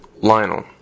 Lionel